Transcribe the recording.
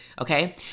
Okay